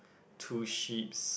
two sheep's